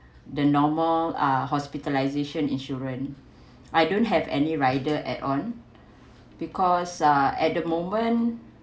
the normal uh hospitalisation insurance I don't have any rider add on because uh at the moment